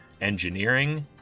engineering